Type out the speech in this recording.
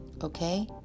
Okay